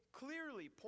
clearly